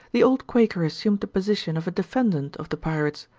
the old quaker assumed the position of a defendant of the pirates,